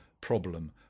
problem